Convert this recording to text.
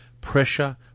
pressure